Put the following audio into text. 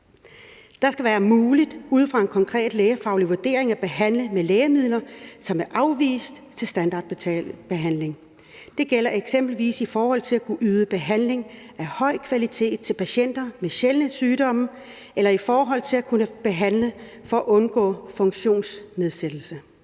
Det skal være muligt ud fra en konkret lægefaglig vurdering at behandle med lægemidler, som er afvist til standardbehandling. Det gælder eksempelvis i forhold til at kunne yde behandling af høj kvalitet til patienter med sjældne sygdomme eller i forhold til at kunne behandle for at undgå funktionsnedsættelse.«